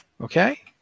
Okay